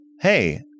hey